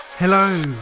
Hello